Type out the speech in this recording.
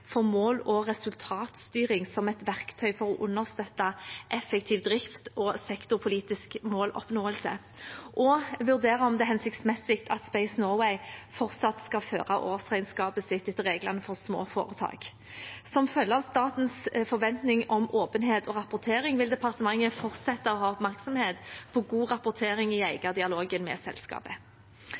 for mål- og resultatstyring, som et verktøy for å understøtte effektiv drift og sektorpolitisk måloppnåelse og vurdere om det er hensiktsmessig at Space Norway fortsatt skal føre årsregnskapet sitt etter reglene for små foretak. Som følge av statens forventning om åpenhet og rapportering vil departementet fortsette å ha oppmerksomhet på god rapportering i eierdialogen med selskapet.